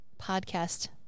podcast